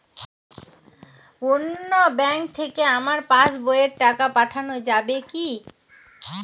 অন্য ব্যাঙ্ক থেকে আমার পাশবইয়ে টাকা পাঠানো যাবে কি?